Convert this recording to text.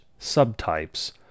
subtypes